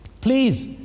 Please